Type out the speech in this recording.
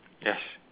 yes